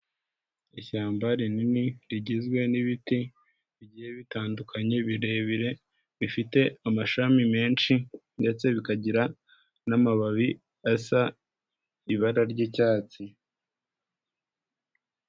Ishyamba rinini rigizwe n'ibiti bigiye bitandukanye birebire, bifite amashami menshi ndetse bikagira n'amababi asa ibara ry'icyatsi.